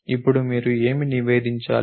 ఇప్పుడు మీరు ఏమి నివేదించాలి